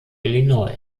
illinois